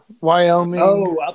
Wyoming